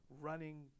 running